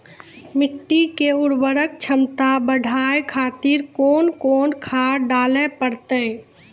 मिट्टी के उर्वरक छमता बढबय खातिर कोंन कोंन खाद डाले परतै?